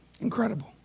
Incredible